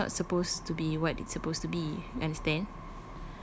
which is not supposed to be [what] it's supposed to be understand